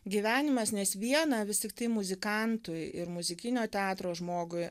gyvenimas nes vieną vis tiktai muzikantui ir muzikinio teatro žmogui